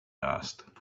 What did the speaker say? asked